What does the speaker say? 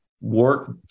work